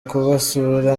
kubasura